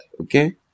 Okay